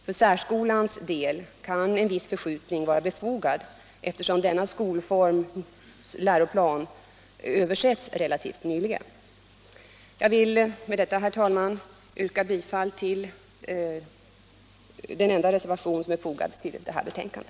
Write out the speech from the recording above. För särskolans del kan en viss förskjutning vara befogad, eftersom denna skolforms läroplan översetts så relativt nyligen. Jag vill med detta, herr talman, yrka bifall till den enda reservation som är fogad vid utskottets betänkande.